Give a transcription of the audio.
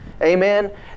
Amen